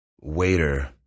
waiter